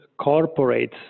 corporates